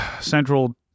central